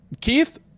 keith